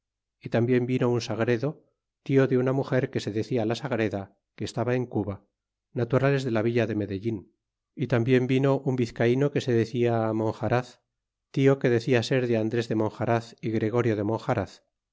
y tambien vino un sagredo tio de una muger que se decia la sagreda que estaba en cuba naturales de la villa de medellin y tambien vino un vizcayno que se decia monjaraz tioque decia ser de andres de monjaraz y gregorio de monjaraz